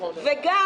וגם,